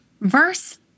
Verse